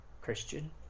Christian